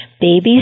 Babies